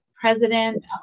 president